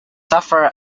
suffer